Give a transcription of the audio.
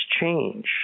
change